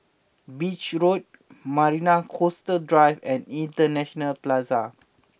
Beach Road Marina Coastal Drive and International Plaza